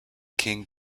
king